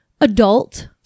adult